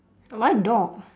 why dog